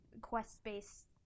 quest-based